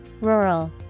Rural